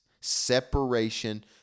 separation